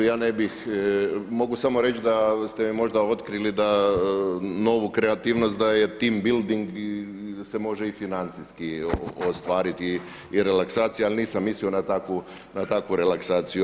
Ja ne bih, mogu samo reći da ste me možda otkrili da novu kreativnost daje tema building i da se može i financijski ostvariti i relaksacija, ali nisam mislio na takvu relaksaciju.